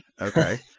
Okay